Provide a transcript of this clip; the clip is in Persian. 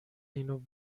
اینو